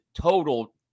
total